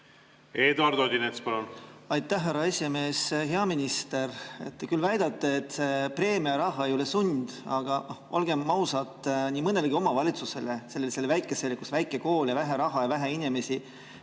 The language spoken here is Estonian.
Eduard Odinets, palun! Aitäh, härra esimees! Hea minister! Te küll väidate, et preemiaraha ei ole sund, aga olgem ausad, nii mõnelegi omavalitsusele, sellisele väikesele, kus on väike kool, vähe raha ja vähe inimesi,